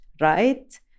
right